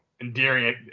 endearing